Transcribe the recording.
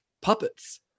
puppets